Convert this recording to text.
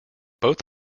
both